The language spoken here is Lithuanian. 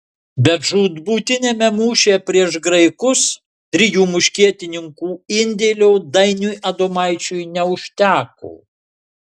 bet žūtbūtiniame mūšyje prieš graikus trijų muškietininkų indėlio dainiui adomaičiui neužteko